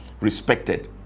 respected